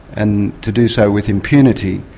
and to do so with impunity,